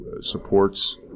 supports